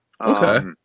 Okay